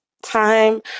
time